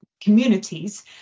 communities